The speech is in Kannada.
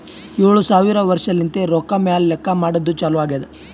ಏಳು ಸಾವಿರ ವರ್ಷಲಿಂತೆ ರೊಕ್ಕಾ ಮ್ಯಾಲ ಲೆಕ್ಕಾ ಮಾಡದ್ದು ಚಾಲು ಆಗ್ಯಾದ್